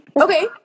Okay